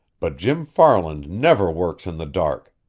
but jim farland never works in the dark!